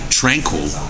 tranquil